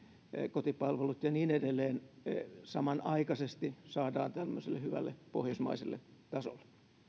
kotipalvelut ja niin edelleen samanaikaisesti saadaan tämmöiselle hyvälle pohjoismaiselle tasolle